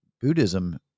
Buddhism